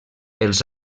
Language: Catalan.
els